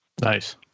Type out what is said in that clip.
Nice